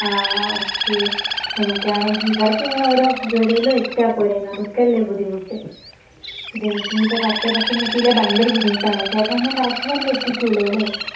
ആ ഓക്കെ എനിക്കാണെങ്കിൽ ഇവർക്കിങ്ങനെ ഓരോ പരിപാടികള് വെച്ചാൽ പോരേ നമുക്കല്ലേ ബുദ്ധിമുട്ട് ഇതെനിക്ക് ഇനി എനിക്ക് പത്തെ പത്തിന് എത്തിയില്ലെങ്കിൽ ഭയങ്കര ബുദ്ധിമുട്ടാണ് ചേട്ടനെന്നെ കറക്റ്റ് ടൈമിന് എത്തിക്കുമല്ലോ അല്ലേ